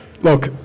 look